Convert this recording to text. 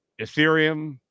Ethereum